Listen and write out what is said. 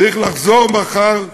צריך לחזור מחר ללימודים,